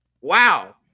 wow